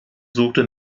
suchte